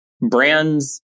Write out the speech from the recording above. brands